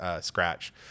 scratch